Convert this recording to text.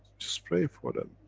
just pray for them,